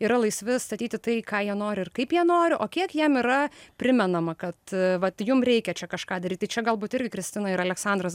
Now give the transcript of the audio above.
yra laisvi statyti tai ką jie nori ir kaip jie nori o kiek jiem yra primenama kad vat jum reikia čia kažką daryt tai čia galbūt irgi kristina ir aleksandras